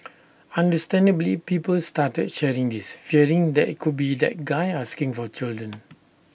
understandably people started sharing this fearing that IT could be that guy asking for children